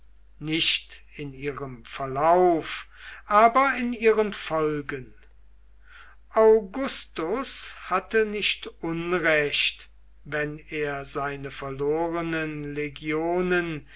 nicht in ihrem verlauf aber in ihren folgen augustus hatte nicht unrecht wenn er seine verlorenen legionen